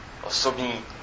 osobní